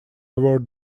word